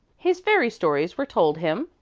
his fairy stories were told him,